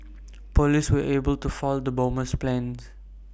Police were able to foil the bomber's plans